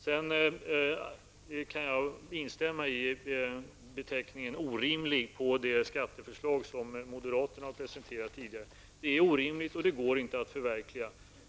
Sedan kan jag instämma i beteckningen ''orimligt'' på det skatteförslag som moderaterna tidigare har presenterat. Det är orimligt, och det går inte att förverkliga.